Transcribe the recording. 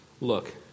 Look